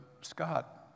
Scott